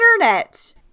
internet